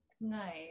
Nice